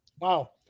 wow